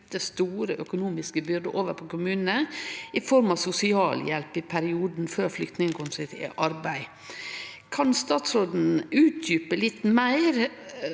store økonomiske byrder over på kommunane i form av sosialhjelp i perioden før flyktningane kjem seg ut i arbeid. Kan statsråden utdjupe litt meir